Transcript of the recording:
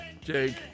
Jake